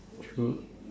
true